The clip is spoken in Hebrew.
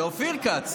ואופיר כץ.